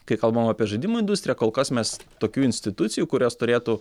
kai kalbam apie žaidimų industriją kol kas mes tokių institucijų kurios turėtų